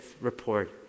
report